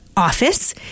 office